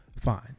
fine